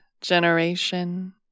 generation